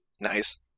Nice